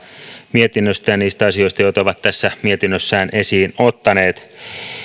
mietinnöstä ja niistä asioista joita he ovat tässä mietinnössään esiin ottaneet